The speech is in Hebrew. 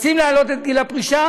רוצים להעלות את גיל הפרישה?